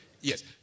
Yes